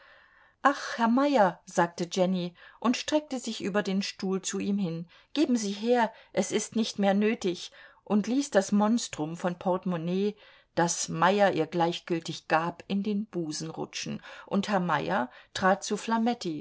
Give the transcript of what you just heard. ach herr meyer sagte jenny und streckte sich über den stuhl zu ihm hin geben sie her es ist nicht mehr nötig und ließ das monstrum von portemonnaie das meyer ihr gleichgültig gab in den busen rutschen und herr meyer trat zu